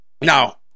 Now